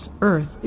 Earth